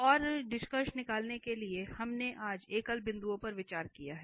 और निष्कर्ष निकालने के लिए हमने आज एकवचन बिंदुओं पर चर्चा की है